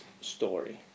story